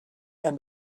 and